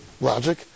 logic